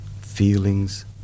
feelings